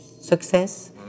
success